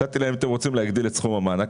הצעתי להם שאם הם רוצים להגדיל את סכום המענק,